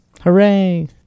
Hooray